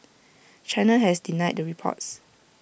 China has denied the reports